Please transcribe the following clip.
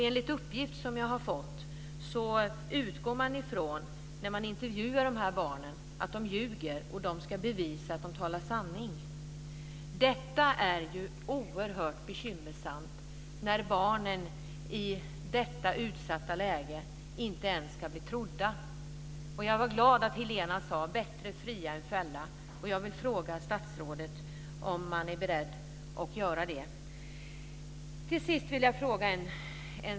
Enligt uppgift utgår man från när barnen intervjuas att de ljuger, och de ska bevisa att de talar sanning. Det är oerhört bekymmersamt när barnen i detta utsatta läge inte ens kan bli trodda. Jag är glad att Helena Bargholtz sade att det är bättre att fria än att fälla. Är statsrådet beredd att göra det?